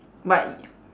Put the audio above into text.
but y~